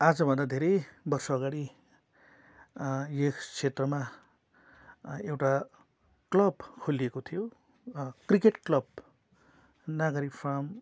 आजभन्दा धेरै वर्ष अगाडि यस क्षेत्रमा एउटा क्लब खोलिएको थियो क्रिकेट क्लब नागरी फार्म